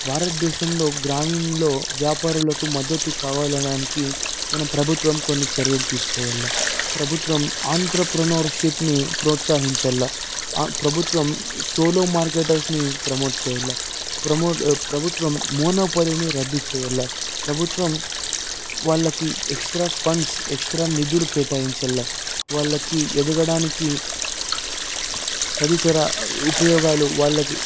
భారతదేశంలో గ్రామంలో వ్యాపారులకు మద్దతు కావాలి అనడానికి మన ప్రభుత్వం కొన్ని చర్యలు తీసుకోవాలని ప్రభుత్వం ఆంట్రప్రోనర్షిప్ని ప్రోత్సహించాలా ఆ ప్రభుత్వం సోలో మార్కెటర్స్ని ప్రమోట్ చేయాలి ప్రమోట్ ప్రభుత్వం మోనోపోలిని రద్దుచేయాలి ప్రభుత్వం వాళ్లకి ఎక్స్ట్రా ఫండ్స్ ఎక్స్ట్రా నిధులు కేటాయించాలి వాళ్ళకి ఎదగడానికి తదితర ఉపయోగాలు వాళ్లకి